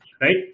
right